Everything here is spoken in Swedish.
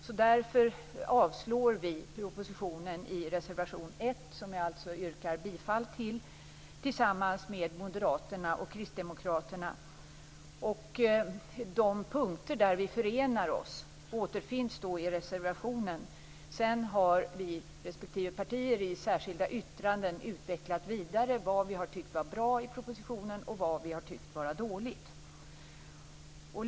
Mot den bakgrunden yrkar vi avslag på propositionen. Det gör vi tillsammans med moderaterna och kristdemokraterna i reservation 1, som jag yrkar bifall till. De punkter där vi förenar oss återfinns i reservationen. Men sedan har respektive parti i särskilda yttranden vidareutvecklat vad vi tycker är bra respektive dåligt i propositionen.